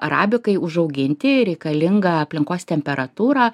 arabikai užauginti reikalinga aplinkos temperatūra